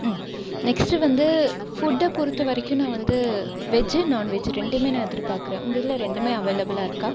ஆமாம் நெக்ஸ்ட்டு வந்து ஃபுட்டை பொறுத்த வரைக்கும் நான் வந்து வெஜ்ஜி நான்வெஜ்ஜி ரெண்டுமே நான் எதிர்பார்க்கறேன் உங்கள் இதில் ரெண்டுமே அவைலபிளாக இருக்கா